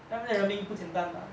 当那边的人民不简单 bah